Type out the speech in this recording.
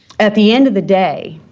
at the end of the day,